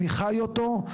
אני חי אותו.